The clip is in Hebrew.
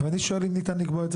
אני שואל, אם ניתן לקבוע את זה